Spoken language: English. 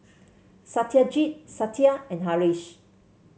Satyajit Satya and Haresh